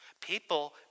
People